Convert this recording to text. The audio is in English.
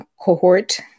cohort